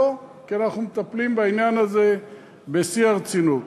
לא, כי אנחנו מטפלים בעניין הזה בשיא הרצינות.